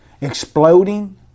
exploding